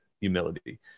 humility